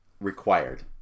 required